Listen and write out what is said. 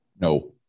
no